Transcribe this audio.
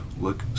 look